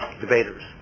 debaters